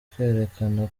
kwerekana